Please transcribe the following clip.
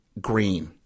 green